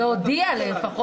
להודיע לפחות.